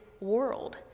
world